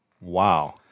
Wow